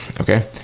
Okay